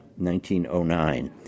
1909